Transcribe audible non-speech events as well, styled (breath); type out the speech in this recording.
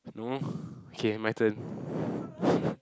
no (breath) okay my turn (breath)